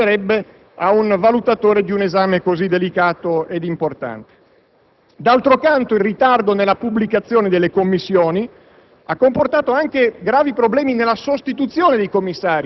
dunque, non provvisti di quella esperienza che si richiederebbe ad un valutatore di un esame così delicato e importante. D'altro canto, il ritardo nella pubblicazione delle commissioni